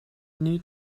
need